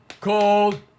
Cold